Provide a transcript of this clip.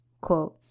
quote